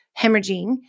hemorrhaging